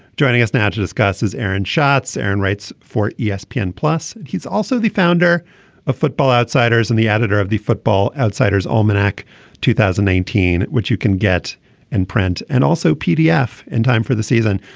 joining us now to discuss is aaron shots. aaron writes for yeah espn plus he's also the founder of football outsiders and the editor of the football outsiders almanac two thousand and nineteen which you can get in print and also pbf in time for the season.